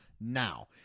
now